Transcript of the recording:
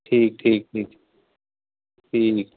ਠੀਕ ਠੀਕ ਠੀਕ ਠੀਕ